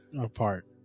apart